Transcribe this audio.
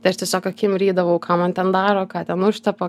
tai aš tiesiog akim rydavau ką man ten daro ką ten užtepa